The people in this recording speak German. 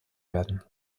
werden